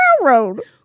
railroad